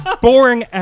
boring